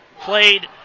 played